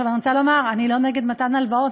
אני רוצה לומר, אני לא נגד מתן הלוואות.